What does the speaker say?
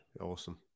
awesome